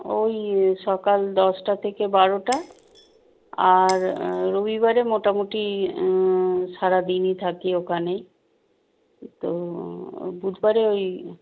ওই সকাল দশটা থেকে বারোটা আর রবিবারে মোটামুটি সারাদিনই থাকি ওখানেই তো বুধবারে ওই